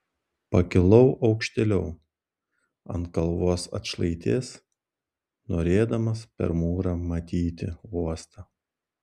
pakilau aukštėliau ant kalvos atšlaitės norėdamas per mūrą matyti uostą